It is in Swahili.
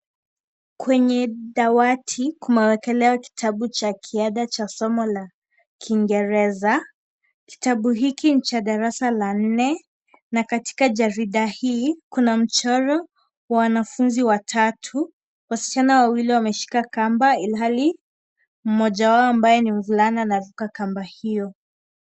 Kwenye dawati kumewekelewa kitabu cha kiada cha somo la kingereza kitabu hiki ni cha darasa la nne na katika jarada hili kuna mchoro wa wanafunzi watatu, wasichana wawili wameshika kamba ilhali mmoja wao ambaye ni mvulana anaruka kamba hiyo.